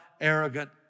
arrogant